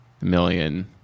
million